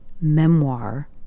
memoir